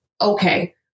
okay